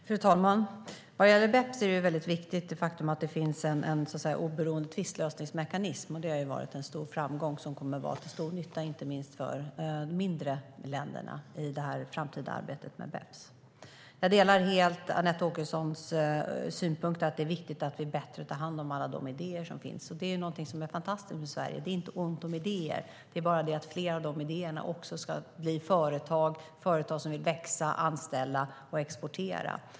Fru talman! Vad gäller BEPS är det mycket viktigt att det finns en oberoende tvistlösningsmekanism. Det har varit en stor framgång som kommer att vara till stor nytta, inte minst för de mindre länderna i det framtida arbetet med BEPS. Jag delar helt Anette Åkessons synpunkt att det är viktigt att vi bättre tar hand om alla de idéer som finns. Det är någonting som är fantastiskt med Sverige. Det är inte ont om idéer. Det är bara det att flera av de idéerna också ska bli företag och företag som vill växa, anställa och exportera.